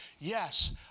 Yes